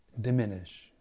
diminish